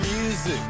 music